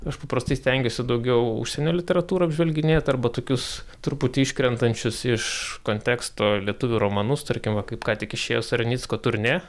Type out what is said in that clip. aš paprastai stengiuosi daugiau užsienio literatūrą apžvelginėt arba tokius truputį iškrentančius iš konteksto lietuvių romanus tarkim va kaip ką tik išėjęs sarnicko turnė